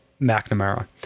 McNamara